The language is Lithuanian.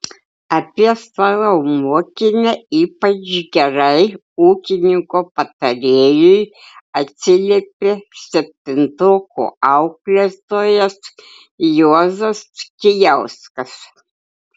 apie savo mokinę ypač gerai ūkininko patarėjui atsiliepė septintokų auklėtojas juozas kijauskas